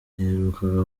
yaherukaga